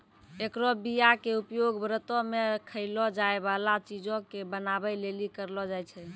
एकरो बीया के उपयोग व्रतो मे खयलो जाय बाला चीजो के बनाबै लेली करलो जाय छै